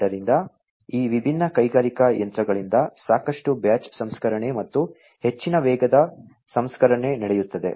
ಆದ್ದರಿಂದ ಈ ವಿಭಿನ್ನ ಕೈಗಾರಿಕಾ ಯಂತ್ರಗಳಿಂದ ಸಾಕಷ್ಟು ಬ್ಯಾಚ್ ಸಂಸ್ಕರಣೆ ಮತ್ತು ಹೆಚ್ಚಿನ ವೇಗದ ಸಂಸ್ಕರಣೆ ನಡೆಯುತ್ತದೆ